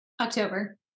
October